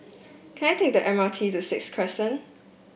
can I take the M R T to Sixth Crescent